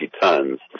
tons